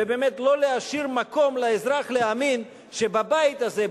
ובאמת לא להשאיר מקום לאזרח להאמין שבבית הזה,